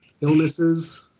illnesses